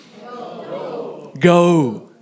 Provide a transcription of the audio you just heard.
Go